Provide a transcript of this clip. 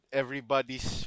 everybody's